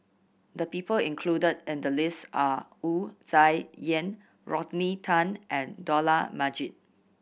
the people included in the list are Wu Tsai Yen Rodney Tan and Dollah Majid